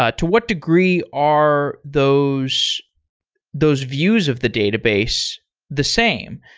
ah to what degree are those those views of the database the same?